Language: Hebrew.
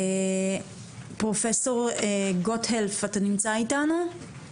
פרופסור גוטהלף אתה נמצא איתנו?